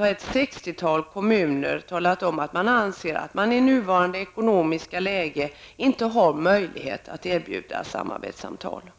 Ett sextiotal kommuner har redan talat om att de anser att de i nuvarande ekonomiska läge inte har möjlighet att erbjuda samarbetssamtal.